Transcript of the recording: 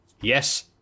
Yes